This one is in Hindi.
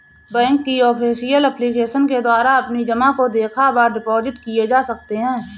बैंक की ऑफिशियल एप्लीकेशन के द्वारा अपनी जमा को देखा व डिपॉजिट किए जा सकते हैं